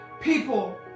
People